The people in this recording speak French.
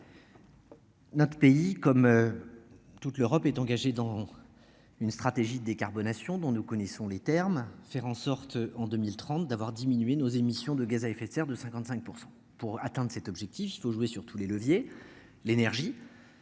Notre pays comme. Toute l'Europe est engagé dans. Une stratégie de décarbonation dont nous connaissons les termes faire en sorte en 2030 d'avoir diminué nos émissions de gaz à effet de serre de 55% pour atteindre cet objectif, il faut jouer sur tous les leviers. L'énergie.